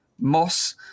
Moss